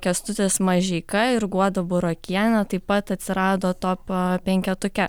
kęstutis mažeika ir guoda burokienė taip pat atsirado top penketuke